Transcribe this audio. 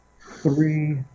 three